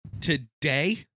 Today